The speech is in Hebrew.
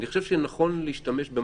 אני חושב שנכון להשתמש,